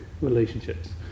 relationships